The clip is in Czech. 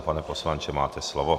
Pane poslanče, máte slovo.